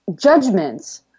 judgments